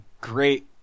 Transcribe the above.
great